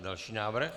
Další návrh.